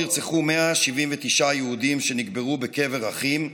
נרצחו 179 יהודים ונקברו בקבר אחים,